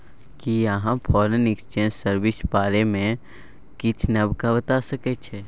कि अहाँ foreign exchange service बारे मे किछ नबका बता सकै छी